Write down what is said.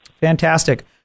Fantastic